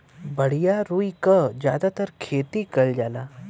बढ़िया रुई क जादातर खेती कईल जाला